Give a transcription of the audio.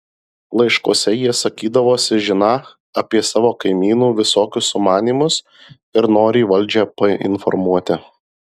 laiškuose jie sakydavosi žiną apie savo kaimynų visokius sumanymus ir norį valdžią painformuoti